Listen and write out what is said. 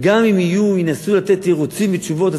שגם אם ינסו לתת תירוצים ותשובות,